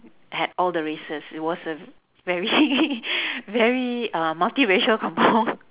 had all the races it was a very very uh multiracial kampung